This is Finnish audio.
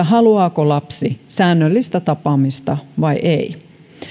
haluaako lapsi säännöllistä tapaamista vai ei